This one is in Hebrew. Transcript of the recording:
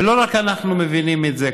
ולא רק אנחנו מבינים את זה,